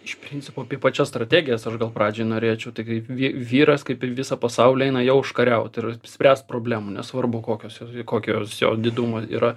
iš principo apie pačias strategijas aš gal pradžiai norėčiau tai kai vy vyras kaip ir visą pasaulį eina jau užkariaut ir spręst problemų nesvarbu kokios kokios jo didumo yra